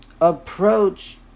approach